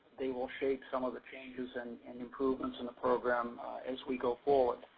they will shape some of the changes and and improvements in the program as we go forward.